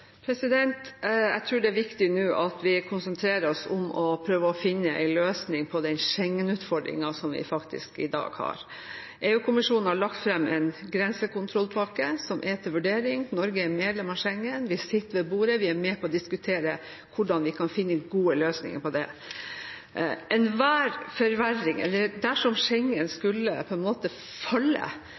Jeg tror det er viktig nå at vi konsentrerer oss om å prøve å finne en løsning på den Schengen-utfordringen som vi faktisk i dag har. EU-kommisjonen har lagt fram en grensekontrollpakke, som er til vurdering, Norge er medlem av Schengen, vi sitter ved bordet, vi er med på å diskutere hvordan vi kan finne gode løsninger her. Dersom Schengen skulle falle, er det